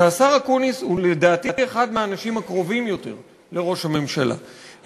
שהשר אקוניס הוא לדעתי אחד מהאנשים הקרובים יותר לראש הממשלה,